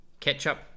ketchup